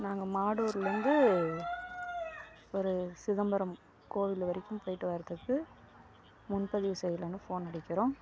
நாங்கள் மாடூர்லே இருந்து ஒரு சிதம்பரம் கோவில் வரைக்கும் போயிவிட்டு வர்றத்துக்கு முன்பதிவு செய்யலான்னு ஃபோன் அடிக்கிறோம்